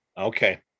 Okay